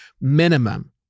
minimum